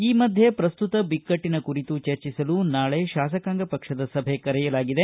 ಈ ಮಧ್ಯೆ ಪ್ರಸ್ತುತ ಬಿಕ್ಕಟ್ಟನ ಕುರಿತು ಚರ್ಚಿಸಲು ನಾಳೆ ಶಾಸಕಾಂಗ ಪಕ್ಷದ ಸಭೆ ಕರೆಯಲಾಗಿದೆ